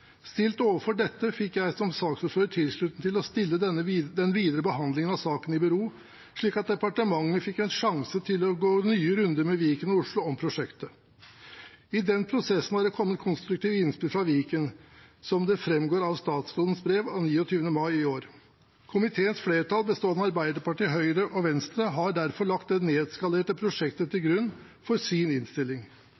Stilt overfor dette fikk jeg som saksordfører tilslutning til å stille den videre behandlingen av saken i bero, slik at departementet fikk en sjanse til å gå nye runder med Viken og Oslo om prosjektet. I den prosessen har det kommet konstruktive innspill fra Viken, som det framgår av statsrådens brev av 29. mai i år. Komiteens flertall, bestående av Arbeiderpartiet, Høyre og Venstre, har derfor lagt det nedskalerte prosjektet til